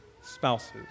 Spouses